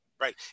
right